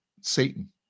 Satan